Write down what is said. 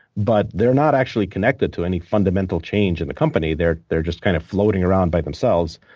but they're not actually connected to any fundamental change in the company. they're they're just kind of floating around by themselves.